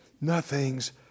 Nothing's